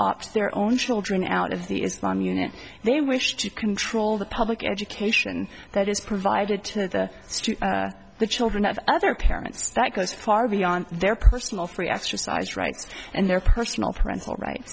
opt their own children out of the is one unit they wish to control the public education that is provided to the the children of other parents that goes far beyond their personal free exercise rights and their personal parental rights